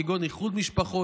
כגון איחוד משפחות,